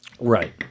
Right